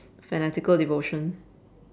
fanatical devotion